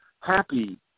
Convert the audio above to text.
happy